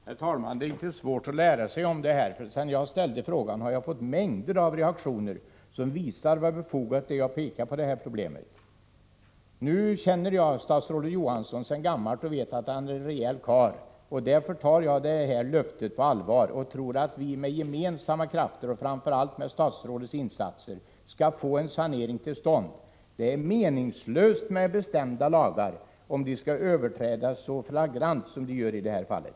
Herr talman! Det är inte svårt att få uppgifter om hur det förhåller sig. Sedan jag ställde min fråga har jag fått mängder av reaktioner, som visar hur befogat det är att peka på detta problem. Jag känner statsrådet Johansson sedan gammalt och vet att han är en rejäl karl. Jag tar därför hans löfte på allvar och tror att vi gemensamt, men främst med hjälp av statsrådets insatser, skall få till stånd en sanering. Det är meningslöst med lagbestämmelser om de skall överträdas så flagrant som sker i det här fallet.